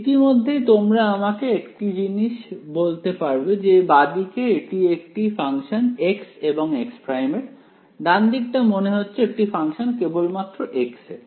ইতিমধ্যেই তোমরা আমাকে একটা জিনিস বলতে পারবে যে বাঁদিকে এটি একটি ফাংশন x এবং x' এর ডান দিকটা মনে হচ্ছে একটি ফাংশন কেবল মাত্র x এর